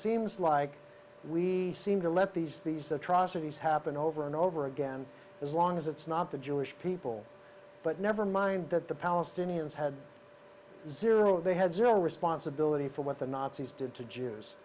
seems like we seem to let these these atrocities happen over and over again as long as it's not the jewish people but never mind that the palestinians had zero they had zero responsibility for what the nazis did to